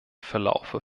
verlaufe